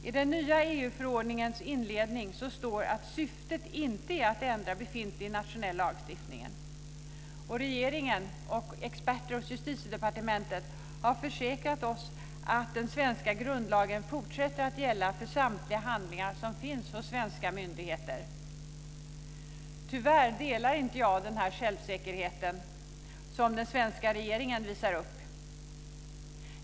I den nya EU förordningens inledning står att syftet inte är att ändra befintlig nationell lagstiftning. Regeringen och experter hos Justitiedepartementet har försäkrat oss att den svenska grundlagen fortsätter att gälla för samtliga handlingar som finns hos svenska myndigheter. Tyvärr delar inte jag den självsäkerhet som den svenska regeringen visar upp.